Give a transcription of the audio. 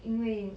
因为